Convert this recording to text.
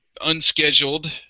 unscheduled